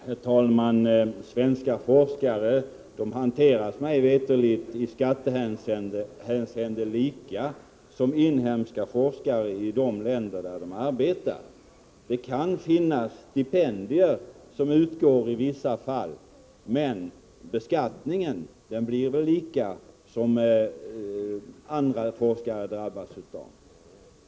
Herr talman! I skattehänseende hanteras svenska forskare, mig veterligt, lika som inhemska forskare i de länder där de arbetar. Det kan finnas stipendier som utgår i vissa fall, men beskattningen blir densamma som andra forskare drabbas av.